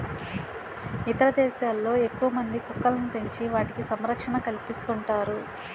ఇతర దేశాల్లో ఎక్కువమంది కుక్కలను పెంచి వాటికి సంరక్షణ కల్పిస్తుంటారు